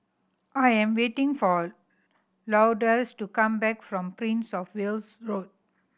I am waiting for Lourdes to come back from Prince Of Wales Road